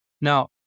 Now